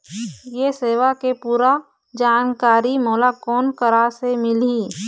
ये सेवा के पूरा जानकारी मोला कोन करा से मिलही?